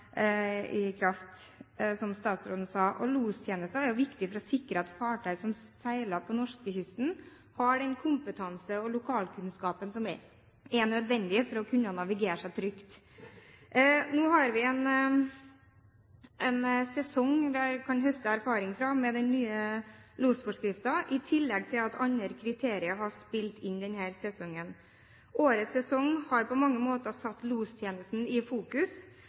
i permisjon. I januar trådte den nye losforskriften i kraft, som statsråden sa. Lostjenester er viktig for å sikre at fartøy som seiler på norskekysten, har den kompetansen og lokalkunnskapen som er nødvendig for å kunne navigere trygt. Nå har vi en sesong vi kan høste erfaringer fra med den nye losforskriften, i tillegg til at andre kriterier har spilt inn denne sesongen. Årets sesong har på mange måter satt lostjenesten i fokus,